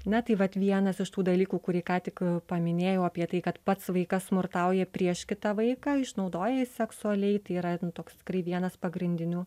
na tai vat vienas iš tų dalykų kurį ką tik paminėjau apie tai kad pats vaikas smurtauja prieš kitą vaiką išnaudoja seksualiai tai yra toks krai vienas pagrindinių